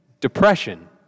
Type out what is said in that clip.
depression